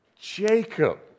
Jacob